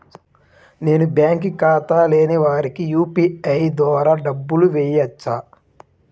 నేను బ్యాంక్ ఖాతా లేని వారికి యూ.పీ.ఐ ద్వారా డబ్బులు వేయచ్చా?